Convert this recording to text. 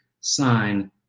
sign